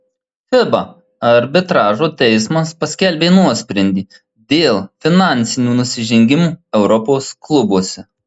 fiba arbitražo teismas paskelbė nuosprendį dėl finansinių nusižengimų europos klubuose